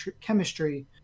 chemistry